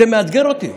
זה מאתגר אותי.